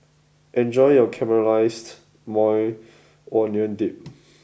enjoy your Caramelized Maui Onion Dip